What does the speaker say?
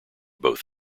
both